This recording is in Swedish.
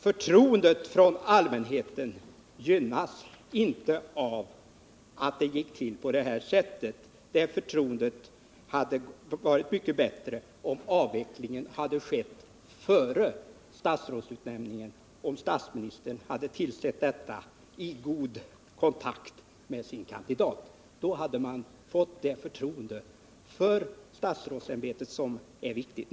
Förtroende hos allmänheten gynnas inte av att det gick till på det här sättet. Förtroendet hade varit mycket bättre om avvecklingen hade skett före statsrådsutnämningen. Om statsministern hade tillsett detta i god kontakt med sin kandidat, då hade man fått det förtroende för statsrådsämbetet som är viktigt.